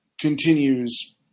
continues